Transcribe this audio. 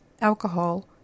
alcohol